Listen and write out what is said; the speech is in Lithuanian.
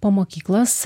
po mokyklos